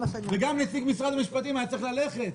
שהחוק הזה מבקש לאפשר לה לשרוד ולהתקיים,